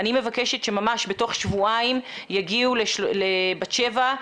אני מבקשת שממש בתוך שבועיים יגיעו לבת שבע,